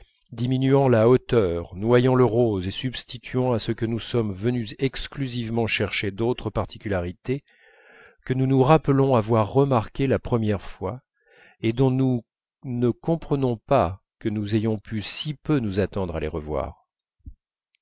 diminuant la hauteur noyant le rose et substituant à ce que nous sommes venus exclusivement chercher d'autres particularités que nous nous rappelons avoir remarquées la première fois et dont nous ne comprenons pas que nous ayons pu si peu nous attendre à les revoir